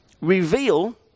reveal